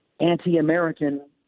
anti-American